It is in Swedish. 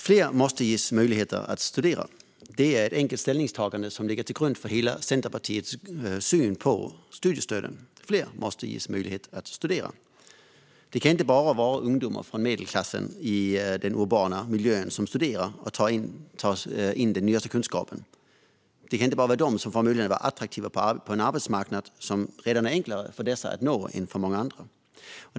Fru talman! Fler måste ges möjlighet att studera. Detta är ett enkelt ställningstagande som ligger till grund för Centerpartiets hela syn på studiestöden: Fler måste ges möjlighet att studera. Det kan inte bara vara ungdomar från medelklassen i den urbana miljön som studerar och tar till sig den nyaste kunskapen. Det kan inte bara vara de som får möjlighet att vara attraktiva på en arbetsmarknad som redan är enklare för dem att nå än för många andra.